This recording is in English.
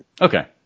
Okay